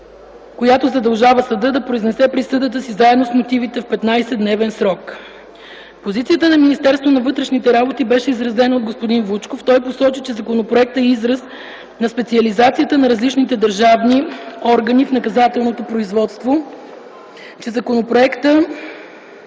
която задължава съдът да произнесе присъдата си заедно с мотивите в 15-дневен срок. Позицията на Министерство на вътрешните работи беше изразена от господин Вучков. Той посочи, че законопроектът е израз на специализацията на различните държавни органи в наказателното производство. Успехите